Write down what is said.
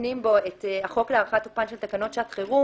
מתקנים בו את החוק להארכת תוקפן של תקנות שעת חירום,